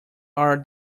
are